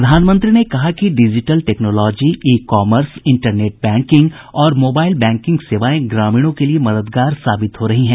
प्रधानमंत्री ने कहा कि digital technology e commerce internet banking और मोबाइल बैंकिंग सेवाएं ग्रामीणों के लिए मददगार साबित हो रही हैं